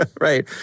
Right